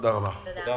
תודה רבה.